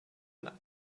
können